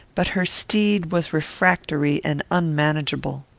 but her steed was refractory and unmanageable.